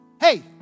Hey